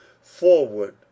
forward